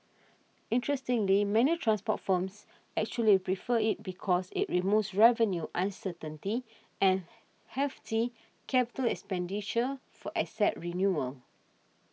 interestingly many transport firms actually prefer it because it removes revenue uncertainty and hefty capital expenditure for asset renewal